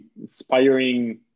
inspiring